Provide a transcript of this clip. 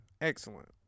excellent